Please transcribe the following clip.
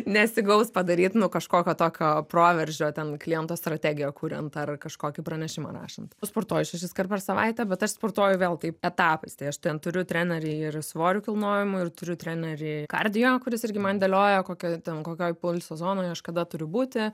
nesigaus padaryt nu kažkokio tokio proveržio ten kliento strategiją kuriant ar kažkokį pranešimą rašant sportuoju šešis kart per savaitę bet aš sportuoju vėl taip etapais tai aš ten turiu trenerį ir svorių kilnojimui ir turiu trenerį kardio kuris irgi man dėlioja kokio ten kokioj pulso zonoj aš kada turiu būti